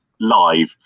live